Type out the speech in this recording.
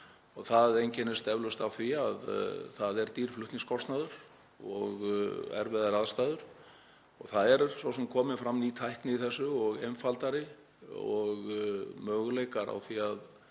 Það einkennist eflaust af því að það er dýr flutningskostnaður og erfiðar aðstæður. Það er svo sem komin fram ný tækni í þessu og einfaldari og möguleikar á því að